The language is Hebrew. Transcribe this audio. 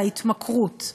להתמכרות,